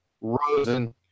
Rosen